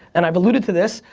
and i've eluded to this,